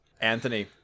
Anthony